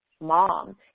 Mom